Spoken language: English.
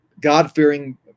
God-fearing